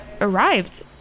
arrived